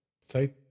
say